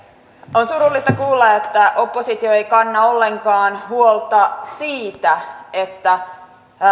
on surullista kuulla että oppositio ei kanna ollenkaan huolta siitä että